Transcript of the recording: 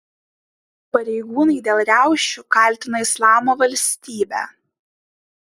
pareigūnai dėl riaušių kaltino islamo valstybę